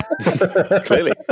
Clearly